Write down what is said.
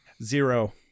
Zero